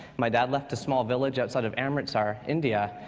my dad left a small village outside of amritsar, india.